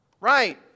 Right